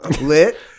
lit